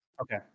Okay